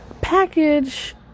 package